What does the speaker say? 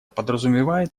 подразумевает